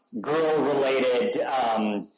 girl-related